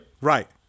Right